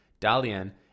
Dalian